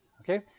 okay